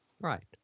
Right